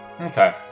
Okay